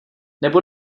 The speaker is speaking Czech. nebo